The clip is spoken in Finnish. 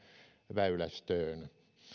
väylästöön